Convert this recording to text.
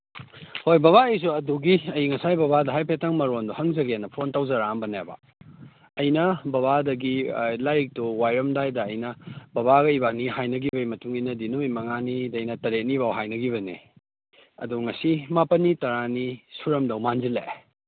ꯍꯣꯏ ꯕꯕꯥ ꯑꯩꯁꯨ ꯑꯗꯨꯒꯤ ꯑꯩ ꯉꯁꯥꯏ ꯕꯕꯥꯗ ꯍꯥꯏꯐꯦꯠꯇꯪ ꯃꯔꯣꯜꯗꯣ ꯍꯪꯖꯒꯦꯅ ꯐꯣꯟ ꯇꯧꯖꯔꯛꯑꯝꯕꯅꯦꯕ ꯑꯩꯅ ꯕꯕꯥꯗꯒꯤ ꯂꯥꯏꯔꯤꯛꯇꯣ ꯋꯥꯏꯔꯝꯗꯥꯏꯗ ꯑꯩꯅ ꯕꯕꯥꯒ ꯏꯕꯅꯤ ꯍꯥꯏꯅꯒꯤꯕꯩ ꯃꯇꯨꯡ ꯏꯟꯅꯗꯤ ꯅꯨꯃꯤꯠ ꯃꯉꯥꯅꯤꯗꯩꯅ ꯇꯔꯦꯠꯅꯤꯐꯥꯎ ꯍꯥꯏꯅꯒꯤꯕꯅꯤ ꯑꯗꯣ ꯉꯁꯤ ꯃꯥꯄꯟꯅꯤ ꯇꯔꯥꯅꯤ ꯁꯨꯔꯝꯗꯧ ꯃꯥꯟꯖꯤꯜꯂꯛꯑꯦ